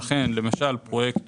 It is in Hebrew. לכן למשל פרויקט